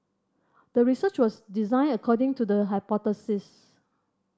the research was designed according to the hypothesis